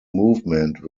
movement